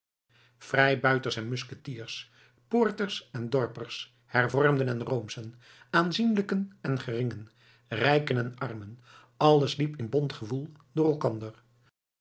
vrijbuiters en musketiers poorters en dorpers hervormden en roomschen aanzienlijken en geringen rijken en armen alles liep in bont gewoel door elkander